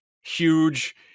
huge